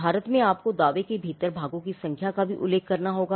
भारत में आपको दावे के भीतर भागों की संख्या का भी उल्लेख करना होगा